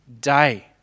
day